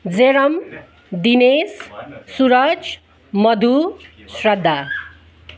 Jeram Dinesh Suraj Madhu Shraddha